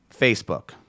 Facebook